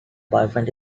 boyfriend